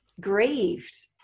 grieved